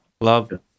love